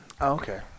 okay